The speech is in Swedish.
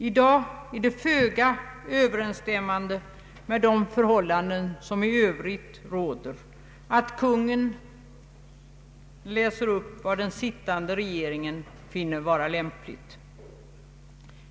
I dag är det föga överensstämmande med de förhållanden som i övrigt råder att Konungen läser upp vad den sittande regeringen finner vara lämpligt.